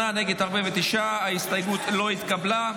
בעד, 38, נגד, 49. ההסתייגות לא התקבלה.